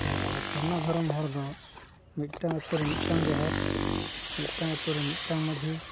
ᱟᱨ ᱟᱵᱚ ᱥᱟᱨᱱᱟ ᱫᱷᱚᱨᱚᱢ ᱦᱚᱲ ᱫᱚ ᱢᱤᱫᱴᱟᱝ ᱟᱛᱳ ᱨᱮ ᱢᱤᱫᱴᱟᱝ ᱡᱟᱦᱮᱨ ᱢᱤᱫᱴᱟᱝ ᱟᱛᱳ ᱨᱮ ᱢᱤᱫᱴᱟᱝ ᱢᱟᱺᱡᱷᱤ